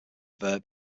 verb